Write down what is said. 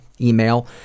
email